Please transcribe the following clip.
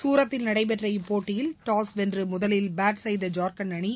சூரத்தில் நடைபெற்ற இப்போட்டியில் டாஸ் வென்று முதலில் பேட் செய்த ஜார்கண்ட் அணி